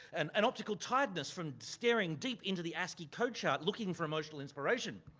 and an optical tiredness from staring deep into the ascii code chart looking for emotional inspiration.